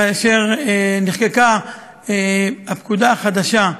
כאשר נחקקה הפקודה החדשה,